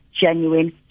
genuine